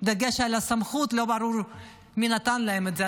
דגש על הסמכות, לא ברור מי נתן להם את זה.